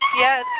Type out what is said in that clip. Yes